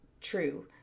true